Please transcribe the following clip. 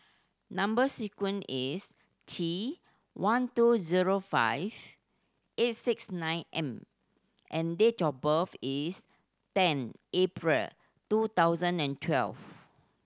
number sequence is T one two zero five eight six nine M and date of birth is ten April two thousand and twelve